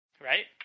right